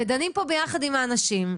ודנים פה ביחד עם האנשים.